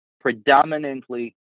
predominantly